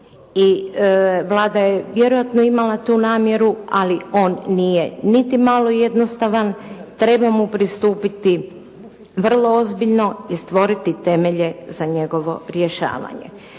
i Vlada je vjerojatno imala tu namjeru, ali on nije niti malo jednostavan, treba mu pristupiti vrlo ozbiljno i stvoriti temelje za njegovo rješavanje.